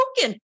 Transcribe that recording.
broken